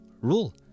Rule